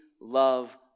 love